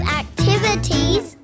activities